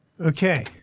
Okay